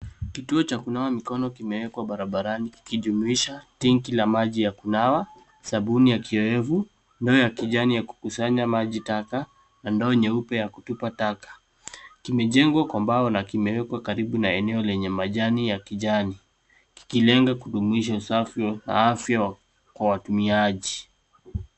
Kituo cha kunawa mikono kimewekwa barabarani kikijumuisha tenki la maji ya kunawa, sabuni ya kiowevu, ndoo ya kijani ya kukusanya maji taka na ndoo nyeupe ya kutupa taka. Kimejengwa kwa mbao na kimewekwa karibu na eneo lenye majani ya kijani kikilenga kudumisha usafi wa afya kwa watumiaji.